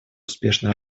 успешно